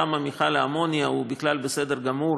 למה מפעל האמוניה הוא בכלל בסדר גמור